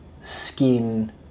skin